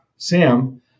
Sam